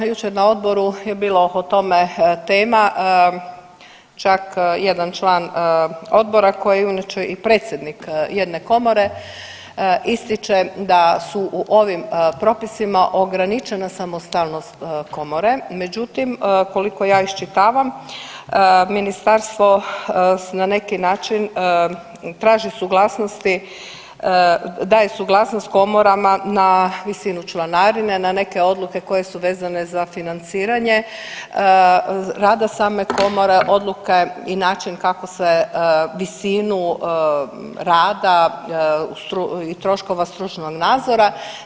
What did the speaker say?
Jučer na odboru je bilo oko tome tema, čak jedan član odbora koji je inače i predsjednik jedne komore ističe da su u ovim propisima ograničena samostalnost komore, međutim koliko ja iščitavam ministarstvo na neki način traži suglasnosti, daje suglasnost komorama na visinu članarine, na neke odluke koje su vezane za financiranje, rada same komore, odluke i način kako se visinu rada i troškova stručnog nadzora.